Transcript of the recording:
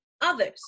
others